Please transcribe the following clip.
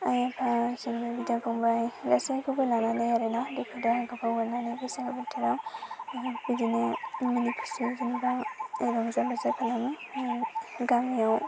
आइ आफा जेनेबा बिदा फंबाय गासैखौबो लानानै आरो ना दुखु दाहाखौ बावगारनानै बैसागु बोथोराव बिदिनो मिनि खुसि जेनेबा रंजा बाजा खालामो गामियाव